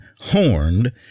horned